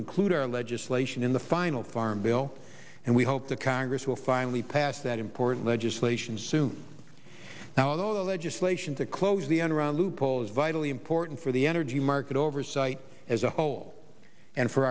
include our legislation in the final farm bill and we hope the congress will finally pass that important legislation soon now the legislation to close the enron loophole is vitally important for the energy market oversight as a whole and for